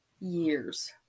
years